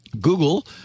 Google